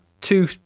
two